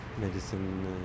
medicine